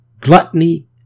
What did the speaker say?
Gluttony